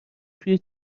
توی